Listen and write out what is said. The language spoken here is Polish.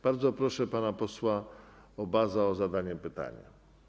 Bardzo proszę pana posła Obaza o zadanie pytania.